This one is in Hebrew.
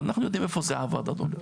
אבל אנחנו יודעים איפה זה עבד, אדוני.